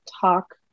talk